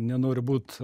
nenoriu būt